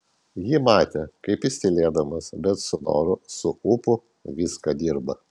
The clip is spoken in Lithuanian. ji matė kaip jis tylėdamas bet su noru su ūpu viską dirba